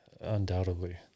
Undoubtedly